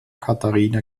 katharina